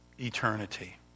eternity